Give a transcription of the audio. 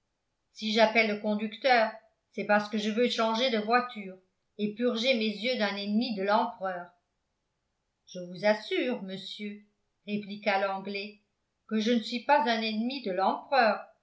si j'appelle le conducteur c'est parce que je veux changer de voiture et purger mes yeux d'un ennemi de l'empereur je vous assure monsieur répliqua l'anglais que je ne suis pas un ennemi de l'empereur